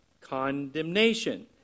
condemnation